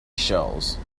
shells